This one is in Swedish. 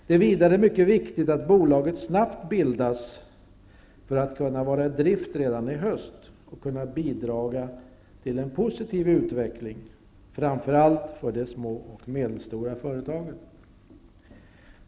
Det är vidare mycket viktigt att bolaget snabbt bildas för att kunna vara i drift redan i höst och kunna bidra till en positiv utveckling framför allt för de små och medelstora företagen.